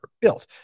Built